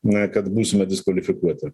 na kad būsime diskvalifikuoti